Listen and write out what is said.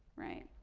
right.